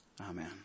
Amen